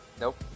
nope